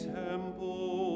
temple